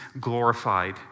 glorified